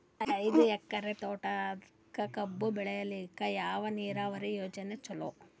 ಐದು ಎಕರೆ ತೋಟಕ ಕಬ್ಬು ಬೆಳೆಯಲಿಕ ಯಾವ ನೀರಾವರಿ ಯೋಜನೆ ಚಲೋ?